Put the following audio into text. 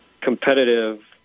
competitive